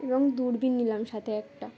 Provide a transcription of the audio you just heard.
এবং দূরবিন নিলাম সাথে একটা